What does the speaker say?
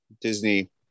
Disney